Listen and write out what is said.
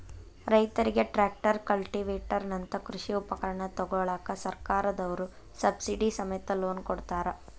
ರೈತರಿಗೆ tractor, cultivator ನಂತ ಕೃಷಿ ಉಪಕರಣ ತೊಗೋಳಾಕ ಸರ್ಕಾರದವ್ರು ಸಬ್ಸಿಡಿ ಸಮೇತ ಲೋನ್ ಕೊಡ್ತಾರ